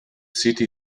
city